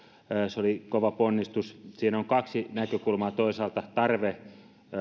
se oli kova ponnistus siinä on kaksi näkökulmaa toisaalta tarve